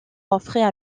offraient